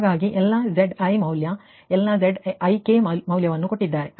ಹಾಗಾಗಿ ಎಲ್ಲ Zi ಮೌಲ್ಯ ಎಲ್ಲ Zik ಮೌಲ್ಯವನ್ನು ಕೊಟ್ಟಿದ್ದಾರೆ